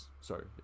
sorry